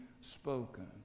spoken